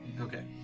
Okay